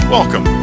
Welcome